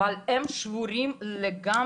אבל הם שבורים לגמרי.